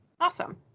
Awesome